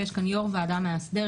ויש כאן יושב-ראש ועדה מאסדרת.